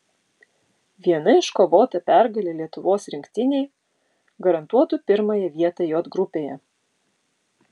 viena iškovota pergalė lietuvos rinktinei garantuotų pirmąją vietą j grupėje